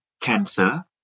cancer